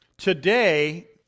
Today